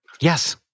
yes